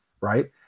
right